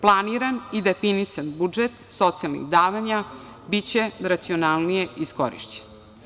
Planiran i definisan budžet socijalnih davanja biće racionalnije iskorišćen.